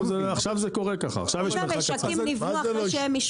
עכשיו זה קורה ככה, עכשיו יש מרחק קצר.